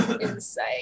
insight